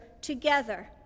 together